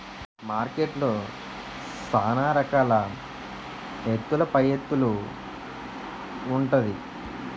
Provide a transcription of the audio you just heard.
మార్కెట్లో సాన రకాల ఎత్తుల పైఎత్తులు ఉంటాది